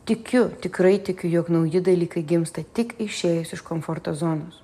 tikiu tikrai tikiu jog nauji dalykai gimsta tik išėjus iš komforto zonos